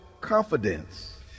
confidence